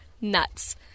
nuts